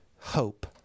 hope